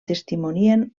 testimonien